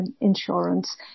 insurance